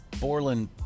Borland